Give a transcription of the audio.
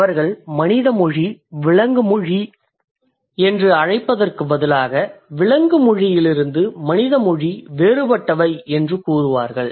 அவர்கள் மனித மொழி விலங்கு மொழி என்று அழைப்பதற்குப் பதிலாக விலங்கு மொழியிலிருந்து மனித மொழி வேறுபட்டவை என்று கூறுவார்கள்